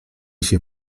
się